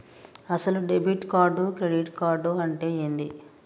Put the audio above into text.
అసలు debit card credit card అంటే ఏంది?